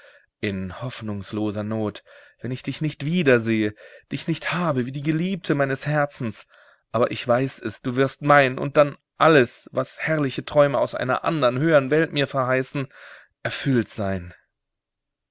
in hoffnungsloser not wenn ich dich nicht wiedersehe dich nicht habe wie die geliebte meines herzens aber ich weiß es du wirst mein und dann alles was herrliche träume aus einer andern höhern welt mir verheißen erfüllt sein